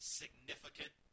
significant